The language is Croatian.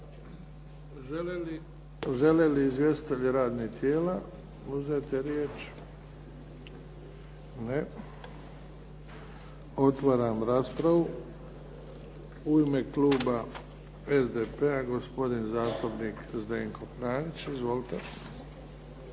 Žele li izvjestitelji radnih tijela uzeti riječ? Ne. Otvaram raspravu. U ime kluba SDP-a gospodin zastupnik Zdenko Franić. Izvolite.